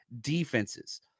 defenses